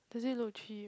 does it look cheap